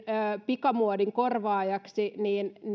pikamuodin korvaajaksi